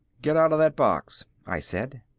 get out of that box, i said.